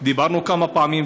דיברנו על זה כמה פעמים,